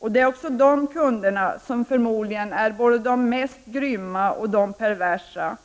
vilka kan vara just de kunder som förmodligen är de mest grymma och perversa.